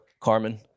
Carmen